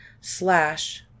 slash